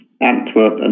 Antwerp